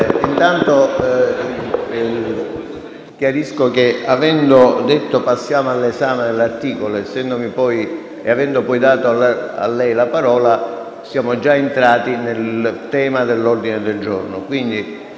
Intanto chiarisco che, avendo detto «passiamo all'esame dell'articolo» e avendo poi dato a lei la parola, abbiamo già iniziato la trattazione dell'ordine del giorno.